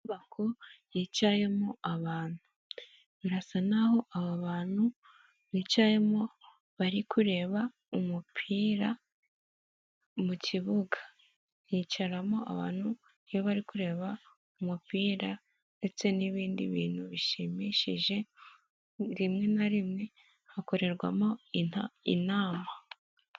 Inyubako yicayemo abantu, birasa n'aho aba bantu bicayemo bari kureba umupira mu kibuga, hicaramo abantu iyo bari kureba umupira ndetse n'ibindi bintu bishimishije, rimwe na rimwe hakorerwamo inama.